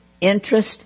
interest